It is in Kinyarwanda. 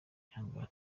yanga